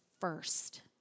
first